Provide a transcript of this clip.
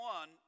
One